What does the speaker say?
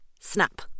Snap